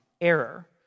error